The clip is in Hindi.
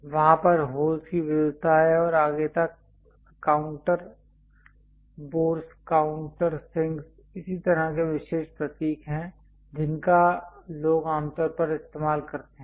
वहाँ पर होल्स की विविधता है और आगे तक काउंटर बोरस् काउंटर सिंकस् और इस तरह के विशेष प्रतीक है जिनका लोग आमतौर पर इस्तेमाल करते हैं